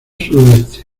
sudoeste